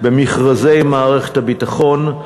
במכרזי מערכת הביטחון,